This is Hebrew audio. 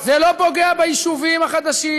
זה לא פוגע ביישובים החדשים,